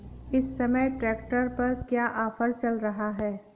इस समय ट्रैक्टर पर क्या ऑफर चल रहा है?